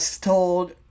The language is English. told